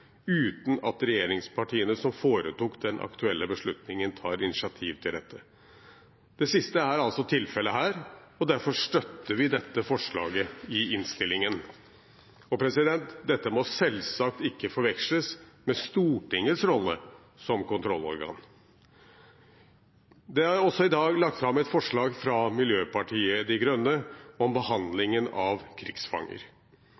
uten at regjeringspartiene, som foretok den aktuelle beslutningen, tar initiativ til dette. Det siste er altså tilfellet her, og derfor støtter vi dette forslaget i innstillingen. Dette må selvsagt ikke forveksles med Stortingets rolle som kontrollorgan. Det er også i dag lagt fram et forslag fra Miljøpartiet De Grønne om